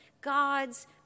God's